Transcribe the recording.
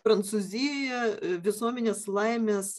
prancūzijoje visuomenės laimės